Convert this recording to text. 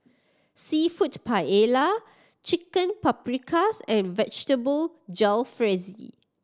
Seafood Paella Chicken Paprikas and Vegetable Jalfrezi